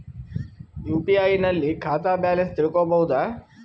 UPI ನಲ್ಲಿ ಖಾತಾ balance ತಿಳಕೊ ಬಹುದಾ?